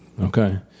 Okay